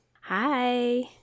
Hi